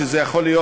שזה יכול להיות,